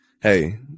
hey